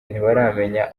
ntibaramenya